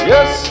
Yes